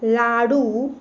लाडू